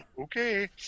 okay